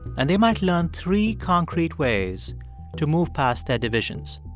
and they might learn three concrete ways to move past their divisions.